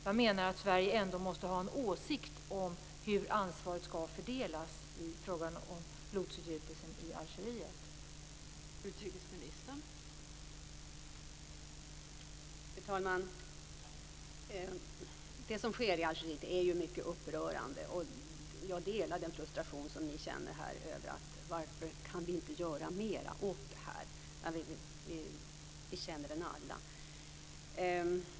Jag menar att Sverige ändå måste ha en åsikt om hur ansvaret skall fördelas i fråga om blodsutgjutelsen i